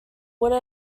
would